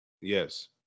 Yes